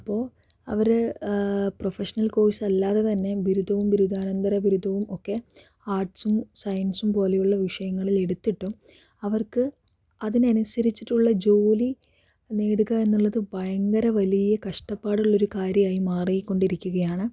അപ്പോൾ അവര് professional course അല്ലാതെ തന്നെ ബിരുദവും ബിരുദാനന്തര ബിരുദവും ഒക്കെ ആട്സും സയൻസും പോലെയുള്ള വിഷയങ്ങളിൽ എടുത്തിട്ടും അവർക്ക് അതിനനുസരിച്ചിട്ടുള്ള ജോലി നേടുക എന്നുള്ളത് ഭയങ്കര വലിയ കഷ്ടപ്പാടുള്ളൊരു കാര്യമായി മാറിക്കൊണ്ടിരിക്കുകയാണ്